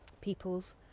peoples